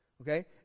okay